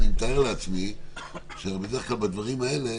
אני מתאר לעצמי שבדרך כלל בדברים האלה